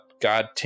god